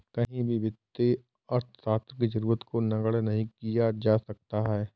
कहीं भी वित्तीय अर्थशास्त्र की जरूरत को नगण्य नहीं किया जा सकता है